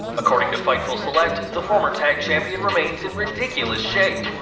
according to fightful select, the former tag champion remains in ridiculous shape,